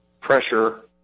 pressure